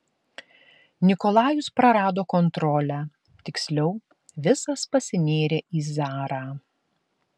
nikolajus prarado kontrolę tiksliau visas pasinėrė į zarą